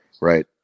right